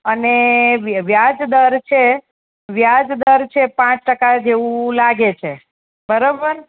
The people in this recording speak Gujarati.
અને વ્યાજ દર છે વ્યાજ દર છે પાંચ ટકા જેવું લાગે છે બરાબર